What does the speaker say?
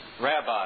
Rabbi